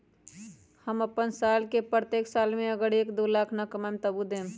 हम अपन साल के प्रत्येक साल मे अगर एक, दो लाख न कमाये तवु देम?